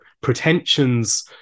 pretensions